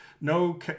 No